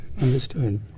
understood